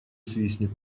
свистнет